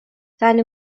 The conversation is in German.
seine